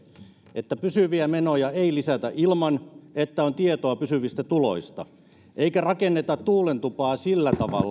että pysyviä menoja ei lisätä ilman että on tietoa pysyvistä tuloista eikä rakenneta tuulentupaa sillä tavalla